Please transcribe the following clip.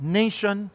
nation